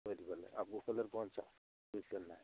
red वाले आपको colour कौन सा यूज करना है